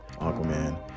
Aquaman